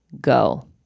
go